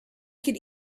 could